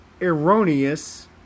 erroneous